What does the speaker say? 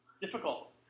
Difficult